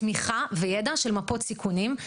תמיכה וידע של מפות סיכונים.